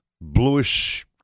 bluish